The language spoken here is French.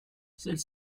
celle